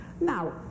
Now